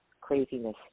craziness